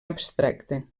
abstracte